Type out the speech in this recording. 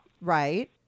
Right